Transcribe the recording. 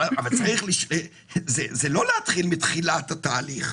אבל זה לא להתחיל מתחילת התהליך,